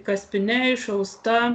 kaspine išausta